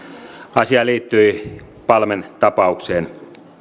asia liittyi palmen tapaukseen